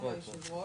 פרידנברג.